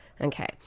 Okay